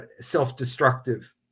self-destructive